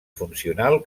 funcional